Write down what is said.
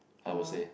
I will say